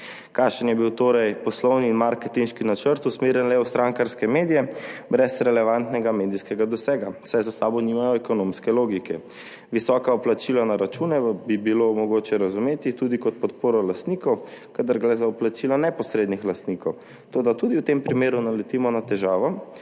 Kakšen je bil torej poslovni in marketinški načrt, usmerjen le v strankarske medije brez relevantnega medijskega dosega, saj za sabo nimajo ekonomske logike? Visoka vplačila na račune bi bilo mogoče razumeti tudi kot podporo lastnikov, kadar gre za vplačila neposrednih lastnikov, toda tudi v tem primeru naletimo na težavo,